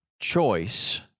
choice